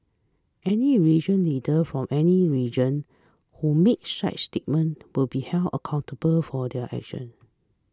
any religious leader from any religion who makes such statements will be held accountable for their actions